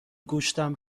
گوشتم